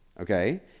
okay